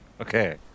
Okay